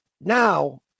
Now